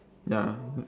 ya